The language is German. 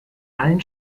allen